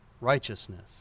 righteousness